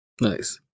Nice